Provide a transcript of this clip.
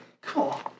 cool